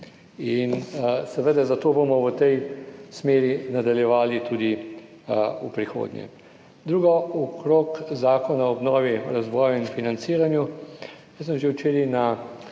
in seveda zato bomo v tej smeri nadaljevali tudi v prihodnje. Drugo, okrog zakona o obnovi, razvoju in financiranju. Jaz sem že včeraj na